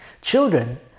Children